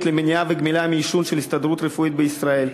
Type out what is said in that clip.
למניעה וגמילה מעישון של ההסתדרות הרפואית בישראל,